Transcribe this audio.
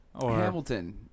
Hamilton